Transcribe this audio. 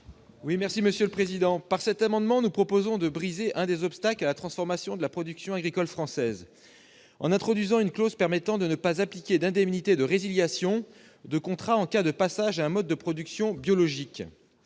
l'amendement n° 45. Par cet amendement, nous proposons de briser un des obstacles à la transformation de la production agricole française en introduisant une clause permettant de ne pas appliquer d'indemnité de résiliation de contrat en cas de passage à un mode de production biologique.